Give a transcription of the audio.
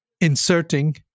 inserting